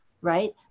right